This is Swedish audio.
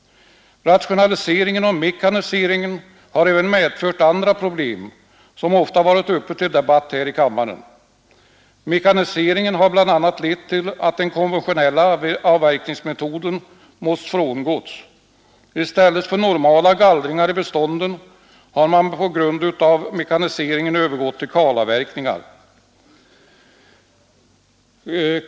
Rationaliseringen och mekaniseringen har även medfört andra problem, som ofta varit uppe till debatt här i kammaren. Mekaniseringen har bl.a. lett till att den konventionella avverkningsmetoden måst frångås. I stället för normala gallringar i bestånden har man på grund av mekaniseringen övergått till kalavverkningar.